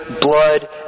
blood